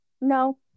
No